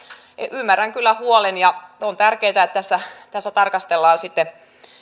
ymmärrän kyllä huolen ja on tärkeätä että tässä tässä tarkastellaan sitten